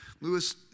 Lewis